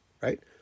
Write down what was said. Right